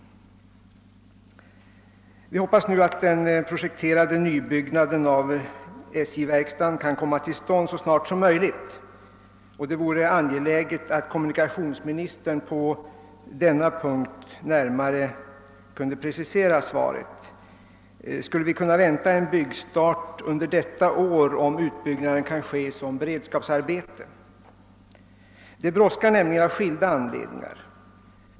Jag hoppas att den projekterade nybyggnaden av SJ-verkstaden kan komma till stånd så snart som möjligt, och det vore angeläget att kommunikationsministern på denna punkt närmare kunde precisera svaret. Kan vi förvänta en byggstart under detta år om utbyggnaden kan ske som beredskapsarbete? Det brådskar nämligen av skilda anledningar.